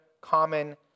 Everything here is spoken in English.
common